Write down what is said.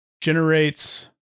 generates